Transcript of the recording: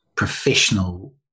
Professional